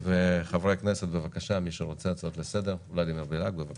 ולדימיר בליאק, הצעה לסדר, בבקשה.